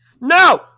No